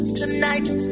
tonight